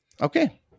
Okay